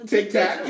Tic-tac